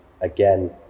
again